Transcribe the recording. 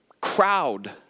crowd